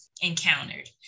encountered